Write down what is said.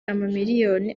amamiliyoni